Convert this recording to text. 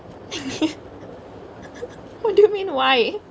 what do you mean why